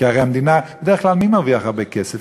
כי הרי המדינה, בדרך כלל מי מרוויח הרבה כסף?